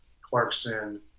Clarkson